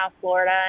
Florida